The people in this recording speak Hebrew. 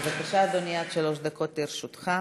בבקשה, אדוני, עד שלוש דקות לרשותך.